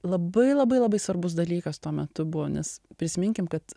labai labai labai svarbus dalykas tuo metu buvo nes prisiminkim kad